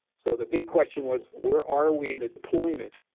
so the big question was where are we in the deployment?